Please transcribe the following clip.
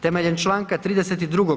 Temeljem čl. 32.